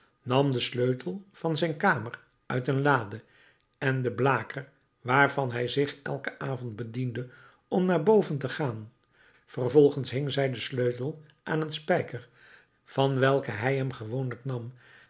nam den sleutel van zijn kamer uit een lade en den blaker waarvan hij zich elken avond bediende om naar boven te gaan vervolgens hing zij den sleutel aan den spijker van welken hij hem gewoonlijk nam